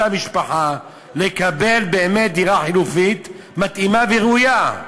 תזכה אותה משפחה לקבל באמת דירה חלופית מתאימה וראויה.